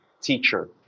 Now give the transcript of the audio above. teacher